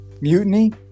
mutiny